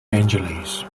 angeles